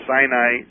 Sinai